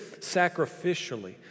sacrificially